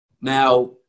Now